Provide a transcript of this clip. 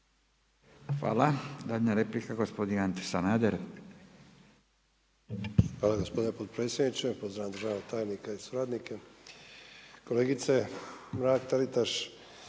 Hvala. Zadnja replika gospodin Ante Sanader. **Sanader, Ante (HDZ)** Hvala gospodine potpredsjedniče, pozdravljam državnog tajnika i suradnike. Kolegice Mrak-Taritaš,